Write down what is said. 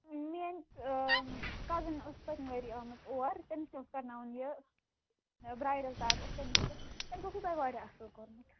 میٛٲنۍ آ کَزٕنۍ ٲسۍ پٔتمہِ ؤری آمٕژ اور تٔمِس تہِ اوس کَرناوُن یہِ برٛایڈَل پیک اوس تٔمِس تہٕ تٔمِس اوسوٕ تۄہہِ واریاہ اَصٕل کوٚرمُت